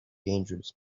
dangerous